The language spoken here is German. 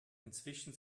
inzwischen